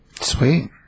Sweet